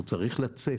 צריך לצאת.